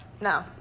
no